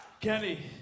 Kenny